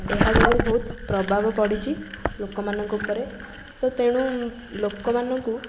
ଏହା ଯୋଗୁରୁ ବହୁତ ପ୍ରଭାବ ପଡ଼ିଛି ଲୋକମାନଙ୍କ ଉପରେ ତ ତେଣୁ ଲୋକମାନଙ୍କୁ